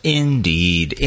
indeed